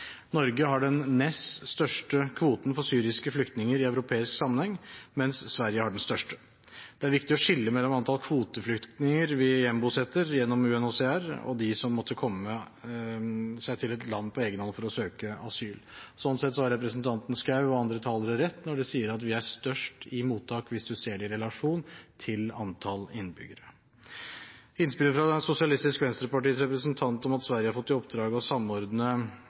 Norge har den nest største kvoten for syriske flyktninger i europeisk sammenheng, mens Sverige har den største. Det er viktig å skille mellom kvoteflyktninger vi gjenbosetter gjennom UNHCR og de som måtte komme seg til et land på egen hånd for å søke asyl. Sånn sett har representanten Schou og andre talere rett når de sier at vi er størst i mottak hvis man ser det i relasjon til antall innbyggere. Innspillet fra Sosialistisk Venstrepartis representant om at Sverige har fått i oppdrag å samordne